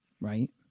Right